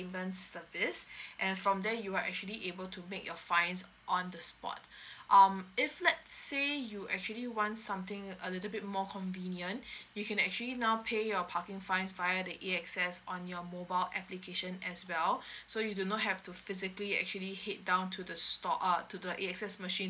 payment service and from there you are actually able to make your fines on the spot um if let's say you actually want something a little bit more convenient you can actually now pay your parking fines via the A X S on your mobile application as well so you do not have to physically actually head down to the store uh to the A X S machine